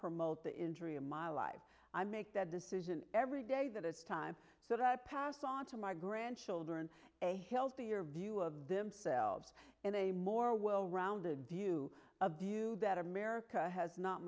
promote the injury of my life i make that decision every day that it's time that i pass on to my grandchildren a healthier view of themselves and a more well rounded view that america has not